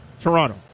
Toronto